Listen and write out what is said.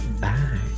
Bye